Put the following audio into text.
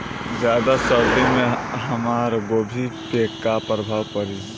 ज्यादा सर्दी से हमार गोभी पे का प्रभाव पड़ी?